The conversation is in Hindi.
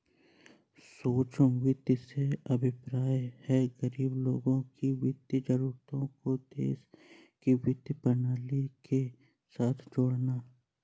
सूक्ष्म वित्त से अभिप्राय है, गरीब लोगों की वित्तीय जरूरतों को देश की वित्तीय प्रणाली के साथ जोड़ना